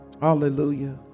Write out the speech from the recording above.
Hallelujah